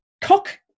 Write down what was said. cock